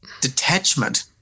detachment